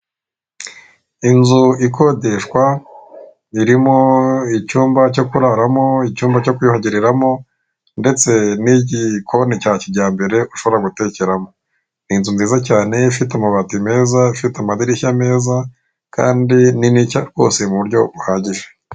Inzu ikodeshwa irimo icyumba cyo kuraramo, icyumba cyo kwiyuhagiriramo, ndetse n'igikoni cya kijyambere ushobora gutekeramo. Ni inzu ifite amabati meza, ifite amadirishya meza, kandi nini nshya rwose muburyo buhagije.